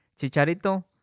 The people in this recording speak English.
Chicharito